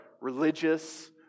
religious